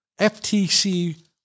FTC